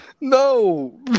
No